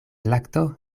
lakto